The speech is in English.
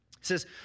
says